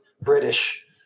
British